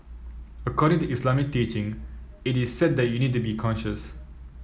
according to Islamic teaching it is said that you need to be conscious